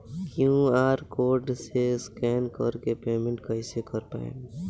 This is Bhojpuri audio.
क्यू.आर कोड से स्कैन कर के पेमेंट कइसे कर पाएम?